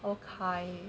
okay